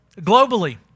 Globally